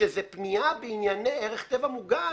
כשזה פנייה בענייני ערך טבע מוגן,